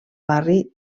barri